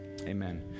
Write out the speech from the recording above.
Amen